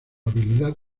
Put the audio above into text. habilidad